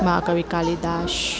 મહા કવિ કાલીદાસ